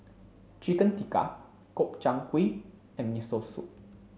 Chicken Tikka Gobchang Gui and Miso Soup